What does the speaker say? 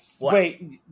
wait